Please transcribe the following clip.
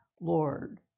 Lord